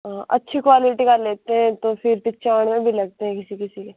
अच्छी क्वालिटी का लेते हैं तो फिर पिचानवे भी लगते हैं किसी किसी के